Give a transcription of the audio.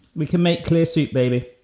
we can make clear seat, baby.